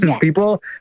People